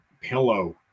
pillow